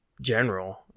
general